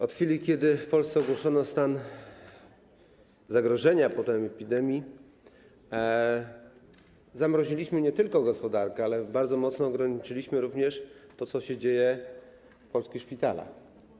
Od chwili, kiedy w Polsce ogłoszono stan zagrożenia, a potem epidemii, zamroziliśmy nie tylko gospodarkę, ale bardzo mocno ograniczyliśmy również to, co się dzieje w polskich szpitalach.